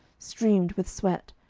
streamed with sweat,